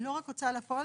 לא רק הוצאה לפועל,